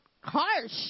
Harsh